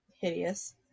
hideous